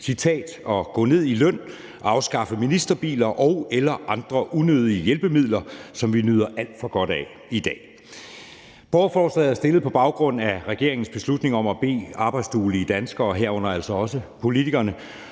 citat: at gå ned i løn, afskaffe ministerbiler og/eller andre unødige hjælpemidler, som vi nyder alt for godt af i dag. Borgerforslaget er stillet på baggrund af regeringens beslutning om at bede arbejdsduelige danskere, herunder altså også politikerne,